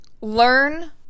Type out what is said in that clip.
learn